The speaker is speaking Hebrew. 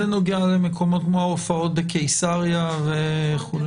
זה נוגע למקומות כמו ההופעות בקיסריה וכו'.